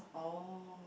oh